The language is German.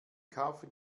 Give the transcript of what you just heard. kaufen